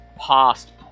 past